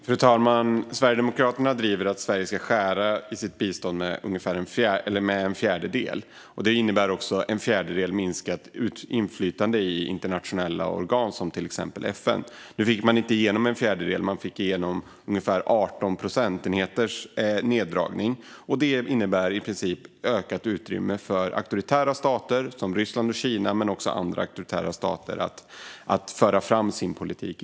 Fru talman! Sverigedemokraterna driver att Sverige ska skära bort en fjärdedel av sitt bistånd. Det skulle innebära en fjärdedels minskat inflytande i internationella organ som till exempel FN. Nu fick man inte igenom en fjärdedel, utan man fick igenom ungefär 18 procentenheters neddragning. Det innebär i princip ett ökat utrymme för auktoritära stater - som Ryssland och Kina, men även andra - att i stället föra fram sin politik.